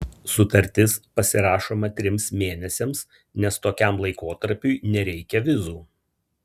sutartis pasirašoma trims mėnesiams nes tokiam laikotarpiui nereikia vizų